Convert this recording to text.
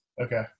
Okay